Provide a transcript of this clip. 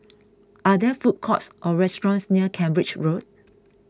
are there food courts or restaurants near Cambridge Road